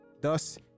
Thus